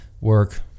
work